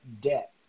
debt